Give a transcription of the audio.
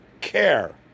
care